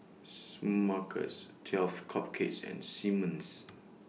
Smuckers twelve Cupcakes and Simmons